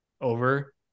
over